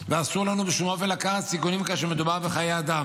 ואסור לנו בשום אופן לקחת סיכונים כאשר מדובר בחיי אדם.